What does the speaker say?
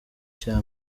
cya